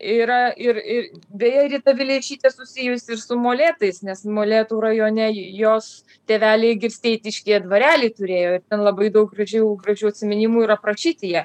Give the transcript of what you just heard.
yra ir ir beje rita vileišytė susijusi ir su molėtais nes molėtų rajone jos tėveliai girsteitiškyje dvarelį turėjo ir ten labai daug gražių gražių atsiminimų ir aprašyti jie